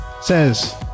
says